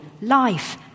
life